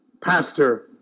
Pastor